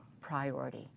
priority